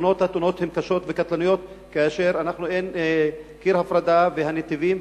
התאונות הן קשות וקטלניות כאשר אין קיר הפרדה בין הנתיבים,